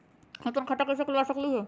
हम जमा खाता कइसे खुलवा सकली ह?